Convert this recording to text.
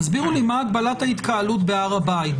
תסבירו לי מה הגבלת ההתקהלות בהר הבית,